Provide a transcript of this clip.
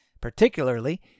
particularly